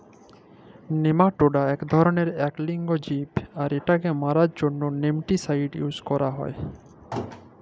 nematoda ইক ধরলের ইক লিঙ্গ জীব আর ইটকে মারার জ্যনহে নেমাটিসাইড ইউজ ক্যরে